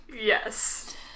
Yes